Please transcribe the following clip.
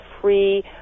free